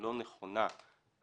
בוודאי סומכים על מוסדות התכנון אבל